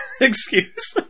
excuse